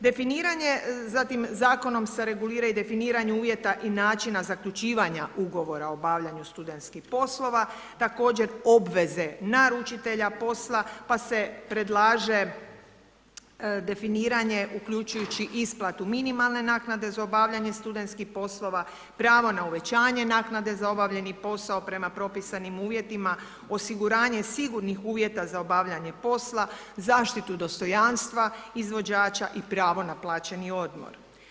Definiranje, zatim zakonom se regulira i definiranje uvjeta i načina zaključivanja ugovora o obavljanju studentskih poslova, također obveze naručitelja posla, pa se predlaže definiranje uključujući isplatu minimalne naknade za obavljanje studentskih poslova, pravo na uvećanje naknade za obavljeni posao prema propisanim uvjetima, osiguranje sigurnih uvjeta za obavljenje posla, zaštitu dostojanstva izvođača i pravo na plaćeni odmor.